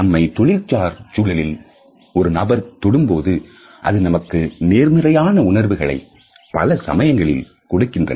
நம்மை தொழில்சார் சூழலில் ஒரு நபர் தொடும்போது அது நமக்கு நேர்மறையான உணர்வுகளை பல சமயங்களில் கொடுக்கின்றன